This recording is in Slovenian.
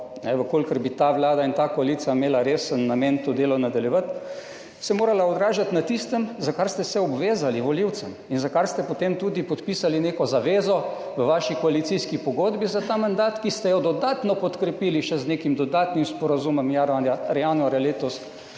v kolikor bi ta vlada in ta koalicija imela resen namen to delo nadaljevati, morala odražati v tistem, za kar ste se obvezali volivcem in za kar ste potem tudi podpisali neko zavezo v svoji koalicijski pogodbi za ta mandat, ki ste jo dodatno podkrepili še z nekim dodatnim sporazumom januarja letos